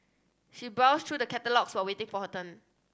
she browsed through the catalogues while waiting for her turn